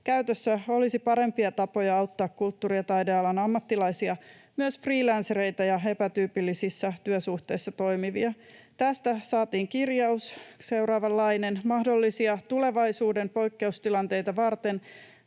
käytössä olisi parempia tapoja auttaa kulttuuri- ja taidealan ammattilaisia, myös freelancereita ja epätyypillisissä työsuhteissa toimivia. Tästä saatiin kirjaus, seuraavanlainen: ”Mahdollisia tulevaisuuden poikkeustilanteita varten